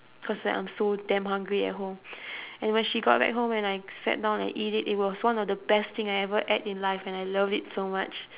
cause like I'm so damn hungry at home and when she got back home and I sat down and eat it it was one of the best thing I ever had in life and I love it so much